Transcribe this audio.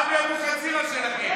אבי אבוחצירא שלכם.